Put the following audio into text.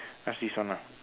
ask this one lah